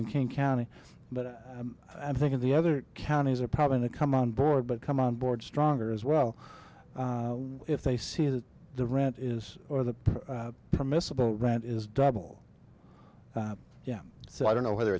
in king county but i think the other counties are probably to come on board but come on board stronger as well if they see that the rent is or the permissible rent is double yeah so i don't know whether